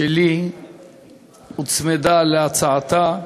שלי הוצמדה להצעתה,